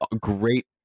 great